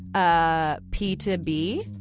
ah p to b.